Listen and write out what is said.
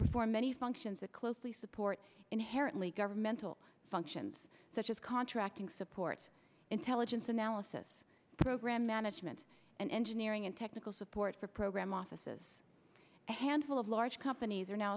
perform many functions that closely support inherently governmental functions such as contracting support intelligence analysis program management and engineering and technical support for program offices handful of large companies are now